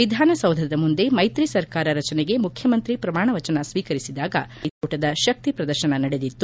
ವಿಧಾನಸೌಧದ ಮುಂದೆ ಮೈತ್ರಿ ಸರ್ಕಾರ ರಚನೆಗೆ ಮುಖ್ಯಮಂತ್ರಿ ಪ್ರಮಾಣವಚನ ಸ್ವೀಕರಿಸಿದಾಗ ಮಹಾಮ್ಕೆತ್ರಿಕೂಟದ ಶಕ್ತಿ ಪ್ರದರ್ಶನ ನಡೆದಿತ್ತು